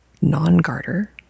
non-garter